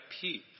peace